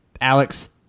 Alex